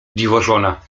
dziwożona